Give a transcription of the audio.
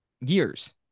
years